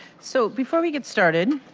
so before we get started,